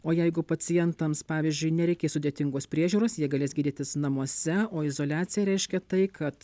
o jeigu pacientams pavyzdžiui nereikės sudėtingos priežiūros jie galės gydytis namuose o izoliacija reiškia tai kad